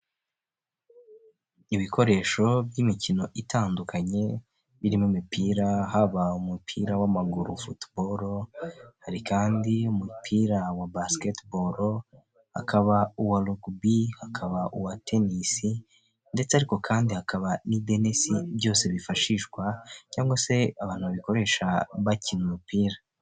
Ibikoresho by'imikino itandukanye birimo imipira haba umupira w'amaguru wa gfutu, hari kandi umupira wa basikete baru hakaba uwa rogubi, hakaba uwa tenisi ndetse ariko kandi hakaba n'idenesi byose bifashishwa cyangwa se abantu babikoresha bakina umupira.